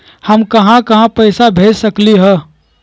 हम कहां कहां पैसा भेज सकली ह?